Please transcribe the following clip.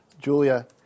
Julia